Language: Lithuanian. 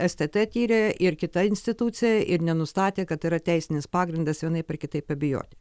stt tyrė ir kita institucija ir nenustatė kad yra teisinis pagrindas vienaip ar kitaip abejot